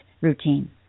routine